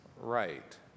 right